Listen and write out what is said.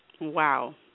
Wow